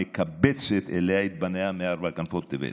המקבצת אליה את בניה מארבע כנפות תבל.